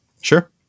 Sure